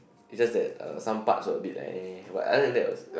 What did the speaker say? it's just that uh some parts were a bit like eh but other than that was like